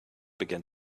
began